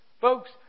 Folks